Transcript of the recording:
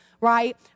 right